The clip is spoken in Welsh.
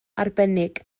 arbennig